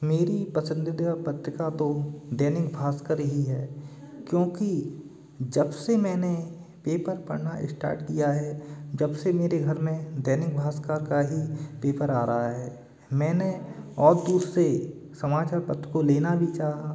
मेरी पसंदीदा पत्रिका तो दैनिक भास्कर ही है क्योंकि जब से मैंने पेपर पढ़ना इस्टार्ट किया है जब से मेरे घर में दैनिक भास्कर का ही पेपर आ रहा है मैंने समाचार पत्र को लेना भी चाहा तो